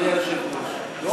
אדוני היושב-ראש,